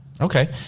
Okay